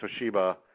Toshiba